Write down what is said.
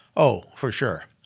oh, for sure.